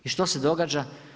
I što se događa?